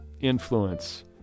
influence